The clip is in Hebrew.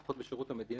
לפחות בשירות המדינה,